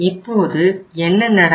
இப்போது என்ன நடக்கும்